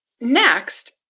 Next